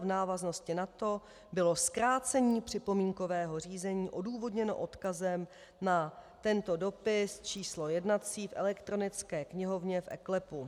V návaznosti na to bylo zkrácení připomínkového řízení odůvodněno odkazem na tento dopis číslo jednací v elektronické knihovně v eKLEPu.